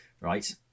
Right